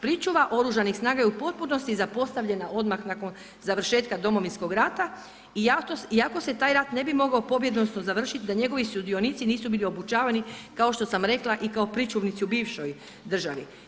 Pričuva Oružanih snaga je u potpunosti zapostavljena odmah nakon završetka Domovinskog rada iako se taj rat ne bi mogao pobjedonosno završiti da njegovi sudionici nisu bili obučavani kao što sam rekla i kao pričuvnici u bivšoj državi.